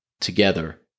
together